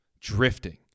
Drifting